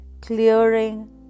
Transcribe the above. Clearing